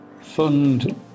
fund